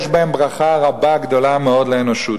יש בהן ברכה גדולה מאוד לאנושות,